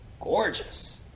Gorgeous